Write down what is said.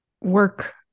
work